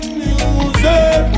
music